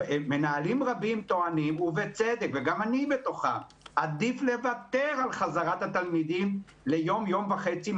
מנהלים רבים טוענים ובצדק שעדיף לוותר על חזרת התלמידים ליום-יום וחצי,